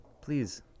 Please